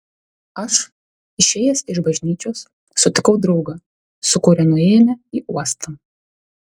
aš išėjęs iš bažnyčios sutikau draugą su kuriuo nuėjome į uostą